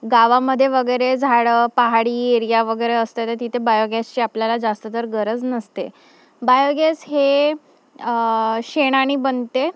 गावामध्ये वगैरे झाडं पहाडी एरिया वगैरे असते तर तिथे बायोगॅसची आपल्याला जास्त तर गरज नसते बायोगॅस हे शेणाने बनते